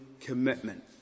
commitment